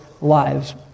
lives